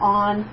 on